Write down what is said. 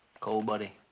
cole, buddy,